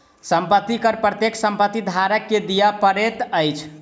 संपत्ति कर प्रत्येक संपत्ति धारक के दिअ पड़ैत अछि